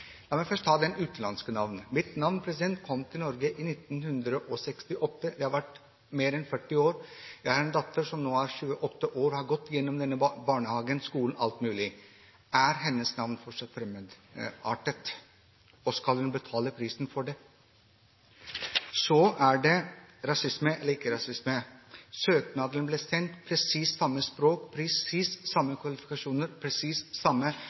ta det med utenlandske navn. Mitt navn kom til Norge i 1968. Jeg har vært her i mer enn 40 år. Jeg har en datter som nå er 28 år, som har gått gjennom barnehagen, skolen og alt mulig. Er hennes navn fortsatt fremmedartet? Skal hun betale prisen for det? Så gjelder det rasisme eller ikke-rasisme. Søknaden ble sendt med presis samme språk, presis samme kvalifikasjoner, presis samme